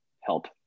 help